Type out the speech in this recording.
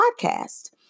podcast